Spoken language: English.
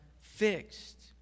fixed